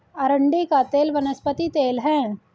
अरंडी का तेल वनस्पति तेल है